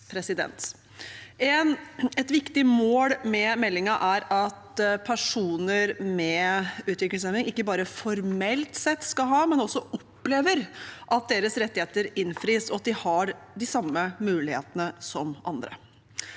innsats. Et viktig mål med meldingen er at personer med utviklingshemming ikke bare formelt sett skal ha rettigheter, men også opplever at deres rettigheter innfris, og at de har de samme mulighetene som andre.